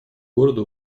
города